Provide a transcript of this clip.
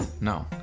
No